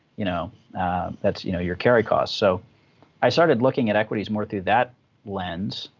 you know that's you know your carry cost. so i started looking at equities more through that lens,